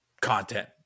content